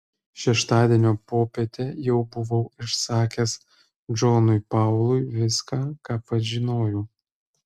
šeštadienio popietę jau buvau išsakęs džonui paului viską ką pats žinojau